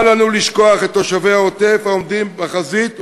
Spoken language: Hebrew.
אל לנו לשכוח את תושבי העוטף העומדים בחזית,